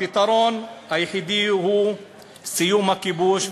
הפתרון היחיד הוא סיום הכיבוש,